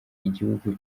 igihugu